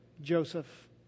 Joseph